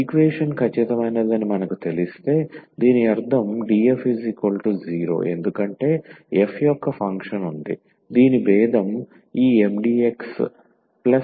equation ఖచ్చితమైనదని మనకు తెలిస్తే దీని అర్థం 𝑑𝑓 0 ఎందుకంటే f యొక్క ఫంక్షన్ ఉంది దీని భేదం ఈ 𝑀𝑑𝑥 is